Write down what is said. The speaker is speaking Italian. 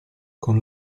con